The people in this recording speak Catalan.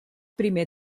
primer